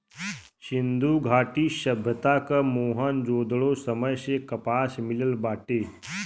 सिंधु घाटी सभ्यता क मोहन जोदड़ो समय से कपास मिलल बाटे